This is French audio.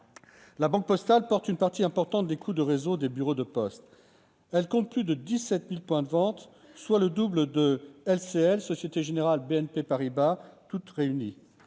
La Banque postale porte une part importante des coûts du réseau des bureaux de poste. Elle compte plus de 17 000 points de vente, soit le double de ceux des banques LCL, Société générale et BNP Paribas réunies.